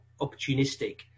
opportunistic